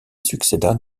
succéda